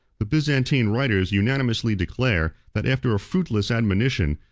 the byzantine writers unanimously declare, that, after a fruitless admonition,